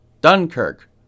Dunkirk